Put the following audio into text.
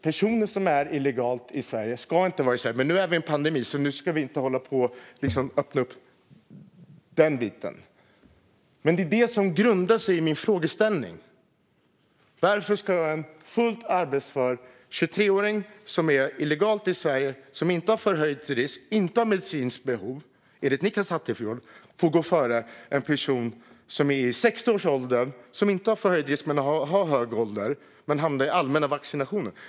Personer som är i Sverige illegalt ska inte vara i Sverige, men nu befinner vi oss i en pandemi och ska inte öppna upp den biten. Min fråga är: Varför ska en fullt arbetsför 23-åring som är i Sverige illegalt och som inte har förhöjd risk eller något medicinskt behov enligt Nicklas Attefjord få gå före, medan en person i 60-årsåldern, utan förhöjd risk men i hög ålder, hamnar i den allmänna vaccinationen?